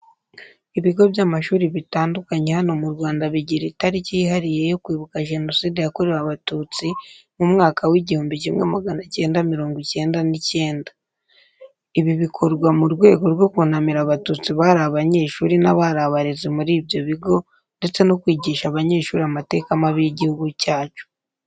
Ibigo by'amashuri bitandukanye hano mu Rwanda bigira itariki yihariye yo kwibuka Jenoside yakorewe Abatutsi mu mwaka w'igihumbi kimwe magana cyenda murongo icyenda n'icyenda. Ibi bikorwa mu rwego rwo kunamira Abatutsi bari abanyeshuri n'abari abarezi muri ibyo bigo ndetse no kwigisha abanyeshuri amateka mabi y'igihugu cyacu.